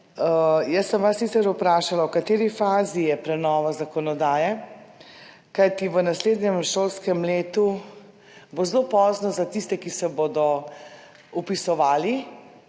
Jaz sem vas sicer vprašala, v kateri fazi je prenova zakonodaje, kajti v naslednjem šolskem letu bo zelo pozno za tiste, ki se bodo vpisovali